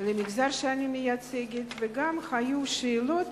למגזר שאני מייצגת, וגם היו שאלות